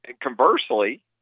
Conversely